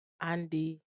Andy